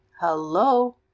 Hello